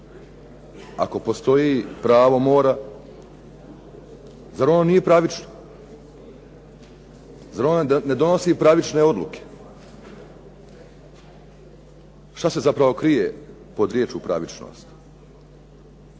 ako postoji pravo mora. Zar ono nije pravično? Zar ono ne donosi pravične odluke? Što se zapravo krije pod riječi pravičnost?